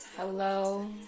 Hello